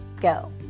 go